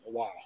Wow